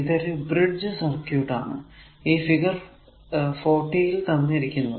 ഇതൊരു bridge circuit ആണ് ഈ ഫിഗർ 40 ൽ തന്നിരിക്കുന്നത്